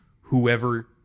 whoever